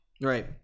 Right